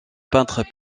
peintre